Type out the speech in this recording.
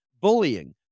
Bullying